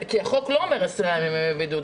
הרי החוק לא אומר 10 ימי בידוד,